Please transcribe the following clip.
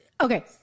Okay